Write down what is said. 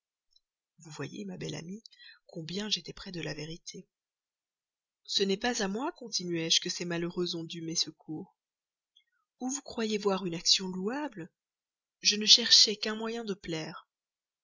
vous voyez ma belle amie combien j'étais près de la vérité ce n'est pas à moi continuai-je c'est à vous que ces malheureux ont dû mes secours où vous croyez voir une action louable je ne cherchais qu'un moyen de plaire